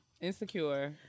insecure